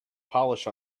polish